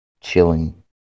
Chilling